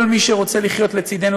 כל מי שרוצה לחיות לצדנו,